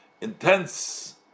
intense